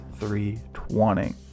320